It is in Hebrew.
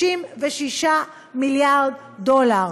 66 מיליארד דולר.